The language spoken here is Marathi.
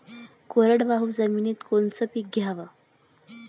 कोरडवाहू जमिनीत कोनचं पीक घ्याव?